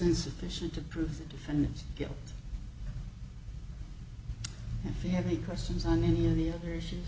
insufficient to prove the defendant's guilt if they had any questions on any of the other issues